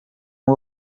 uba